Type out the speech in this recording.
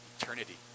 eternity